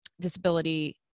disability